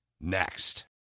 next